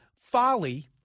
folly